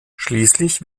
schließlich